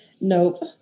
nope